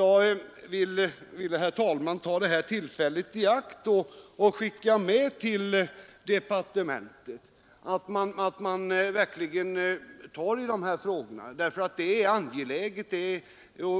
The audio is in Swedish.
Jag vill, herr talman, begagna detta tillfälle att skicka med en hälsning till departementet att man verkligen tar itu med denna fråga. Det är